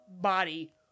body